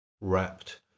wrapped